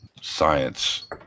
science